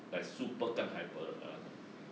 like 干 super hyper 的那种